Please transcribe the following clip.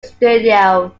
studio